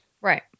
Right